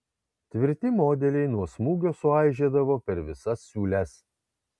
tvirti modeliai nuo smūgio suaižėdavo per visas siūles